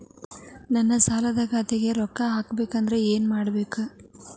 ನನ್ನ ಸಾಲದ ಖಾತಾಕ್ ರೊಕ್ಕ ಹಾಕ್ಬೇಕಂದ್ರೆ ಏನ್ ಮಾಡಬೇಕು?